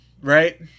right